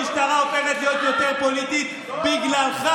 המשטרה הופכת להיות יותר פוליטית בגללך.